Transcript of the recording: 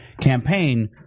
campaign